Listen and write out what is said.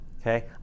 okay